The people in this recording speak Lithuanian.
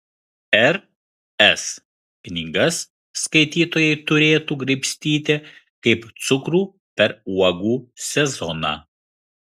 r s knygas skaitytojai turėtų graibstyti kaip cukrų per uogų sezoną